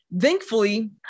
Thankfully